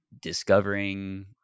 discovering